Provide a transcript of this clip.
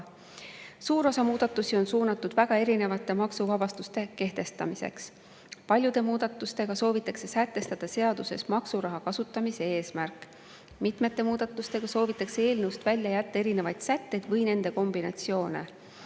Suur osa muudatusi on suunatud väga erinevate maksuvabastuste kehtestamiseks. Paljude muudatustega soovitakse sätestada seaduses maksuraha kasutamise eesmärk. Mitmete muudatustega soovitakse eelnõust välja jätta erinevaid sätteid või nende kombinatsioone.